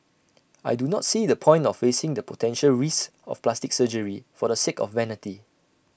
I do not see the point of facing the potential risks of plastic surgery for the sake of vanity